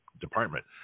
department